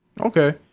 Okay